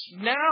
now